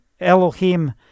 Elohim